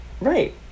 right